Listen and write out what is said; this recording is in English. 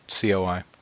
COI